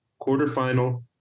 quarterfinal